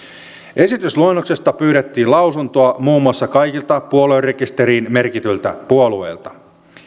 esitysluonnoksesta pyydettiin lausuntoa muun muassa kaikilta puoluerekisteriin merkityiltä puolueilta